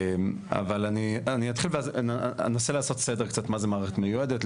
אבל אני אתחיל ואנסה לעשות סדר קצת מה זו מערכת מיועדת?